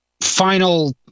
final